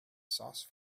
sauce